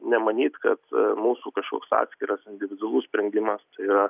nemanyt kad mūsų kažkoks atskiras individualus sprendimas tai yra